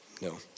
No